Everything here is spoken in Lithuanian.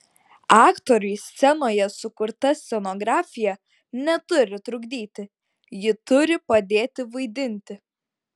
aktoriui scenoje sukurta scenografija neturi trukdyti ji turi padėti vaidinti